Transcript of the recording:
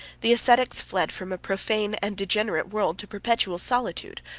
the ascetics fled from a profane and degenerate world, to perpetual solitude,